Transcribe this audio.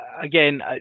again